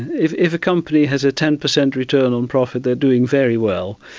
if if a company has a ten percent return on profit they are doing very well.